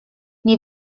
nie